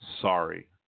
Sorry